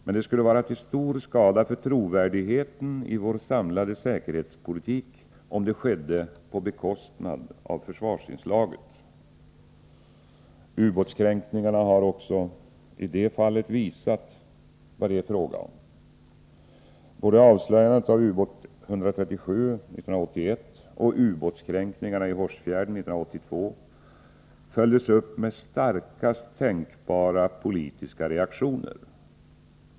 Men det skulle vara till stor skada för trovärdigheten i vår samlade säkerhetspolitik om det skedde på bekostnad av försvarsinslaget. Ubåtskränkningarna har även i det fallet visat vad det är fråga om. Både avslöjandet av ubåt 137 år 1981 och ubåtskränkningarna i Hårsfjärden 1982 följdes upp med starkast tänkbara politiska reaktioner.